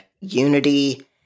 Unity